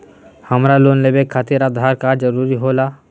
हमरा लोन लेवे खातिर आधार कार्ड जरूरी होला?